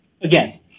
again